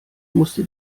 musste